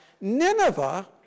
Nineveh